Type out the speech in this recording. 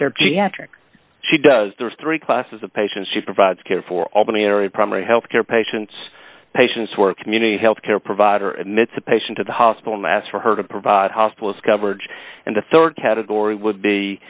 their g after she does there are three classes of patients she provides care for albany area primary health care patients patients who are community health care provider admits a patient to the hospital mass for her to provide hospitals coverage and the rd category would be